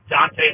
Dante